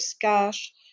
cash